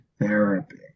therapy